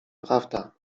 prawda